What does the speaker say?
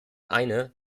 eine